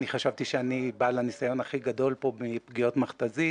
חשבתי שאני בעל הניסיון הכי גדול פה בפגיעות מכת"זית